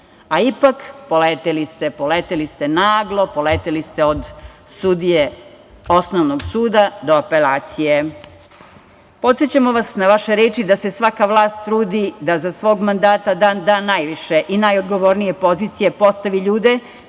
Pa ipak, poleteli ste. Poleteli ste naglo, poleteli ste od sudije Osnovnog suda do Apelacije. Podsećamo vas na vaše reči da se svaka vlast trudi da za svog mandata da najviše i da na najodgovornije pozicije postavi ljude